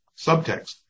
subtext